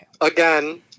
again